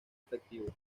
efectivos